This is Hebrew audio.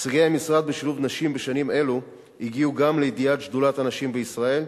הישגי המשרד בשילוב נשים בשנים אלו הגיעו גם לידיעת שדולת הנשים בישראל,